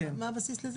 מה הבסיס לזה?